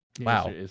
wow